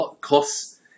costs